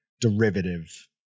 derivative